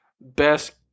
best